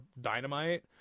dynamite